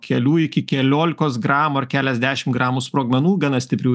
kelių iki keliolikos gramų ar keliasdešim gramų sprogmenų gana stiprių